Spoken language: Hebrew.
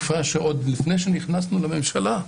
עוד לפני שנכנסנו לממשלה.